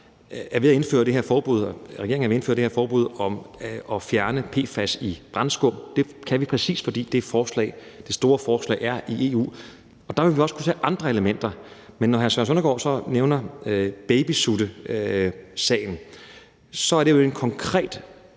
EU, og at vi nu er dér, hvor vi i regeringen er ved at indføre det her forbud om at fjerne PFAS i brandskum. Det kan vi, præcis fordi det store forslag er i EU. Og der vil vi også kunne tage andre elementer med. Men når hr. Søren Søndergaard så nævner babysutsagen, er det jo en konkret